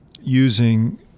using